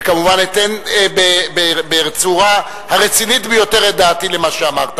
וכמובן אתן בצורה הרצינית ביותר את דעתי למה שאמרת.